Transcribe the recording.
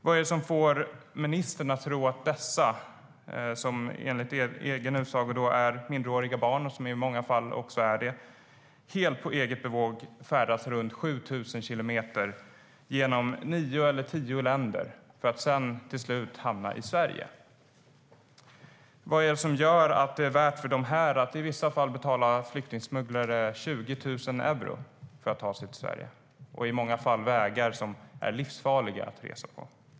Vad är det som får ministern att tro att dessa, som enligt egen utsago är minderåriga barn och i många fall också är det, helt på eget bevåg färdas ca 7 000 kilometer genom nio eller tio länder för att till slut hamna i Sverige? Vad är det som gör att det är värt för dem att i vissa fall betala flyktingsmugglare 20 000 euro för att komma till Sverige, i många fall på vägar som är livsfarliga att resa på?